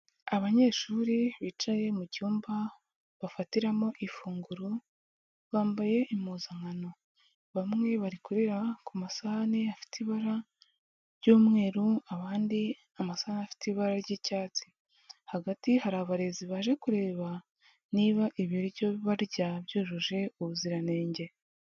Abanyeshuri bicaye mu cyumba bafatiramo ifunguro bambaye impuzankano, bamwe bari kurira ku masahane afite ibara ry'umweru abandi amasahane afite ibara ry'icyatsi, hagati hari abarezi baje kureba niba ibiryo barya byujuje ubuziranenge.